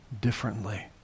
differently